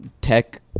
Tech